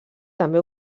també